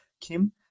Kim